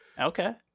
Okay